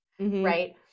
right